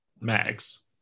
Max